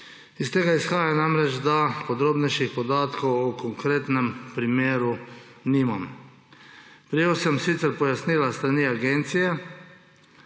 Iz tega namreč izhaja, da podrobnejših podatkov o konkretnem primeru nimam. Prejel sem sicer pojasnila s strani agencije,